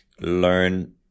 learn